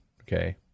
Okay